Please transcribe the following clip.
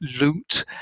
loot